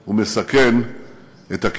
הוא מסכן את ארצות-הברית,